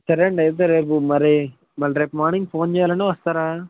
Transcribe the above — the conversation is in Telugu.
సరే అండి అయితే రేపు మరి మరి రేపు మార్నింగ్ ఫోన్ చేయాలండి వస్తారా